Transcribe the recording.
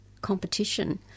competition